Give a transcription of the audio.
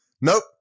nope